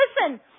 Listen